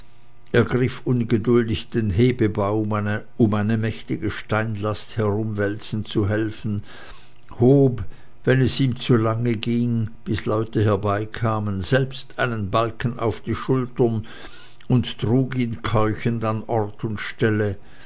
ungeduldig den hebebaum um eine mächtige steinlast herumwälzen zu helfen hob wenn es ihm zu lange ging bis leute herbeikamen selbst einen balken auf die schultern und trug ihn keuchend an ort und stelle